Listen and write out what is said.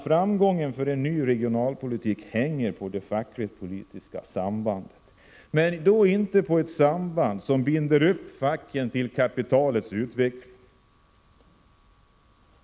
Framgången för en ny regionalpolitik hänger på det fackligt-politiska sambandet men inte på ett samband som binder upp facket till kapitalets utveckling.